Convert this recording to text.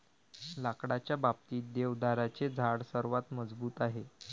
लाकडाच्या बाबतीत, देवदाराचे झाड सर्वात मजबूत आहे